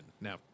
Now